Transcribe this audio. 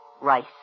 Rice